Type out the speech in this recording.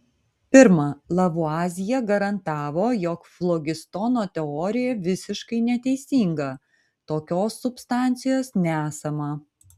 pirma lavuazjė garantavo jog flogistono teorija visiškai neteisinga tokios substancijos nesama